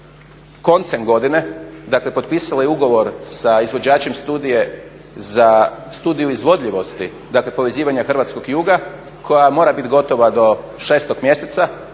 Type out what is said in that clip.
koncem godine, dakle potpisale ugovor sa izvođačem studije za studiju izvodljivosti. Dakle, povezivanja hrvatskog juga koja mora bit gotova do šestog mjeseca